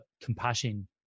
compassion